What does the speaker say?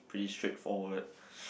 pretty straightforward